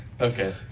Okay